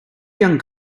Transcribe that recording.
young